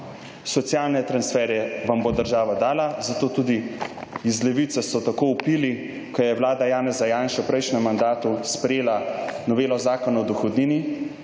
socialne transferje vam bo držala dala, zato tudi iz Levice so tako vpili, ko je Vlada Janeza Janše v prejšnjem mandatu sprejela novelo zakona o dohodnini,